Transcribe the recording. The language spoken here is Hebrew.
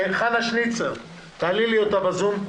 חנה שניצר, תעלו אותה בזום.